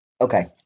Okay